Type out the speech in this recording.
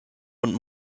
und